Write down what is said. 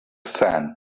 sand